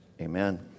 Amen